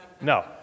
No